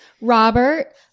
Robert